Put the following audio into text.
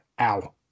ow